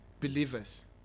believers